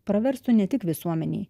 praverstų ne tik visuomenei